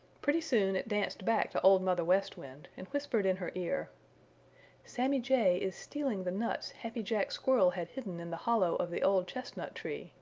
pretty soon it danced back to old mother west wind and whispered in her ear sammy jay is stealing the nuts happy jack squirrel had hidden in the hollow of the old chestnut tree,